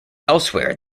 elsewhere